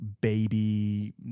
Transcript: baby